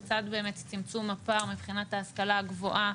לצד באמת צמצום הפער מבחינת ההשכלה הגבוהה